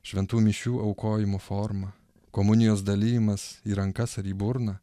šventų mišių aukojimo forma komunijos dalijimas į rankas ar į burną